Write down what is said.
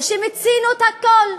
וכשמיצינו את הכול,